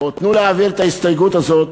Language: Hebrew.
תנו להעביר את ההסתייגות הזאת